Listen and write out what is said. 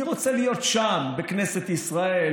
אני רוצה להיות שם בכנסת ישראל,